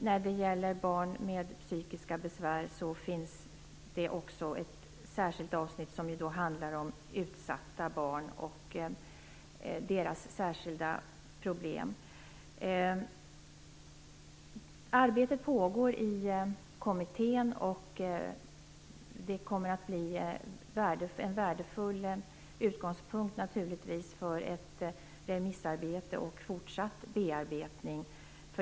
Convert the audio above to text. När det gäller barn med psykiska besvär finns det ett särskilt avsnitt som handlar om utsatta barn och deras särskilda problem. Arbetet pågår i kommittén, vilket naturligtvis kommer att bli en värdefull utgångspunkt för ett remissarbete och en fortsatt bearbetning.